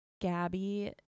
Gabby